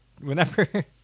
whenever